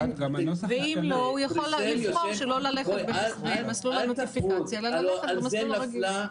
ואם לא הוא יכול לבחור שלא ללכת במסלול הנוטיפיקציה אלא במסלול הרגיל.